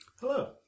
Hello